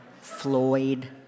Floyd